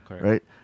Right